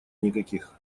никаких